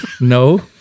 no